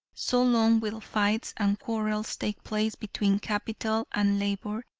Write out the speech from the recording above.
so long will fights and quarrels take place between capital and labor,